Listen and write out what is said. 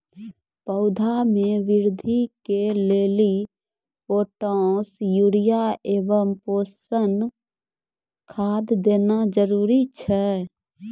पौधा मे बृद्धि के लेली पोटास यूरिया एवं पोषण खाद देना जरूरी छै?